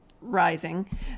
rising